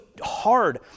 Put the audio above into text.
hard